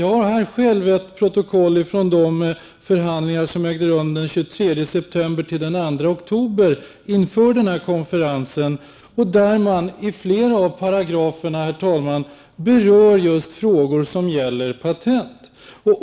Jag har själv ett protokoll från de förhandlingar som ägde rum den 23 september -- 2 oktober inför denna konferens. Där berör man, herr talman, i flera paragrafer just frågor som gäller patent.